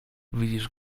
widzisz